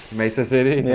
mesa city? and yeah